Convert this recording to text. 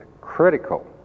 critical